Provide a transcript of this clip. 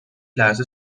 لحظه